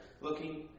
looking